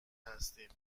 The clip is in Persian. هستیم